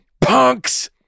punks